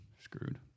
screwed